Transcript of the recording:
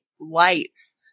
lights